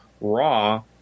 Raw